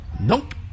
Nope